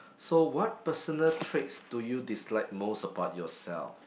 so what personal traits do you dislike most about yourself